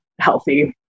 healthy